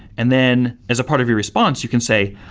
and then as a part of your response, you can say,